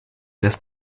dass